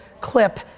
clip